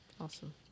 Awesome